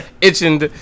itching